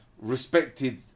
respected